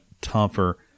tougher